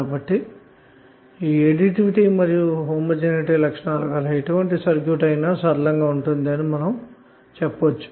కాబట్టి ఈ లక్షణాలు గల ఎటువంటి సర్క్యూట్ అయినా సరళంగా నే ఉంటుందని చెప్పచ్చు